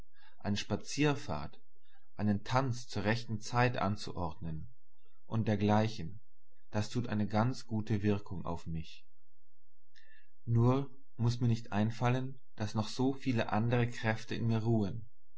eine spazierfahrt einen tanz zur rechten zeit anzuordnen und dergleichen das tut eine ganz gute wirkung auf mich nur muß mir nicht einfallen daß noch so viele andere kräfte in mir ruhen